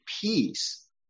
peace